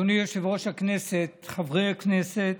אדוני יושב-ראש הכנסת, חברי הכנסת,